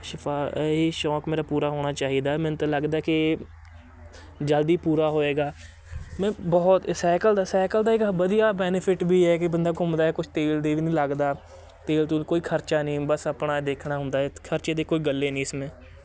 ਇਹ ਸ਼ੌਂਕ ਮੇਰਾ ਪੂਰਾ ਹੋਣਾ ਚਾਹੀਦਾ ਮੈਨੂੰ ਤਾਂ ਲੱਗਦਾ ਕਿ ਜਲਦੀ ਪੂਰਾ ਹੋਏਗਾ ਮੈਂ ਬਹੁਤ ਸਾਈਕਲ ਦਾ ਸਾਈਕਲ ਦਾ ਇੱਕ ਵਧੀਆ ਬੈਨੀਫਿਟ ਵੀ ਹੈ ਕਿ ਬੰਦਾ ਘੁੰਮਦਾ ਏ ਕੁਛ ਤੇਲ ਦੀ ਵੀ ਨਹੀਂ ਲੱਗਦਾ ਤੇਲ ਤੂਲ ਕੋਈ ਖਰਚਾ ਨਹੀਂ ਬਸ ਆਪਣਾ ਦੇਖਣਾ ਹੁੰਦਾ ਖਰਚੇ ਦੀ ਕੋਈ ਗੱਲ ਏ ਨਹੀਂ ਇਸ ਮੇ